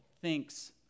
thinks